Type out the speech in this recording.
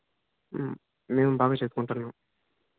మేము బాగా చెప్పుకుంటున్నాం